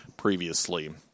previously